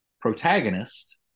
protagonist